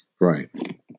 Right